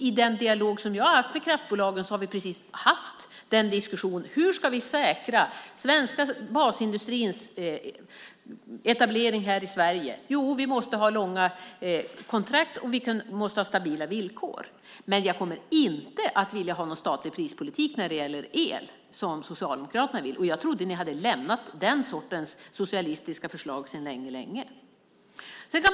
I den dialog som jag har haft med kraftbolagen har vi precis haft en diskussion om hur vi ska säkra den svenska basindustrins etablering här i Sverige. Vi måste ha långa kontrakt och stabila villkor. Men jag kommer inte att vilja ha någon statlig prispolitik när det gäller el, som Socialdemokraterna vill. Jag trodde att ni hade lämnat den sortens socialistiska förslag för länge sedan.